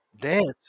Dance